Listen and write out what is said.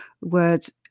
words